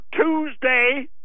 Tuesday